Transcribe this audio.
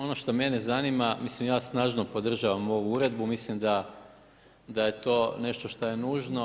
Ono što mene zanima, mislim ja snažno podržavam ovu Uredbu, mislim da je to nešto što je nužno.